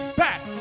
back